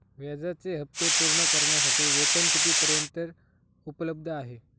व्याजाचे हप्ते पूर्ण करण्यासाठी वेतन किती पर्यंत उपलब्ध आहे?